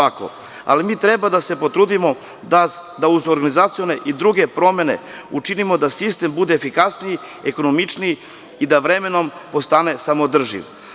Ali, mi treba da se potrudimo da uz organizacione i druge promene učinimo da sistem bude efikasniji, ekonomičniji i da vremenom postane samoodrživ.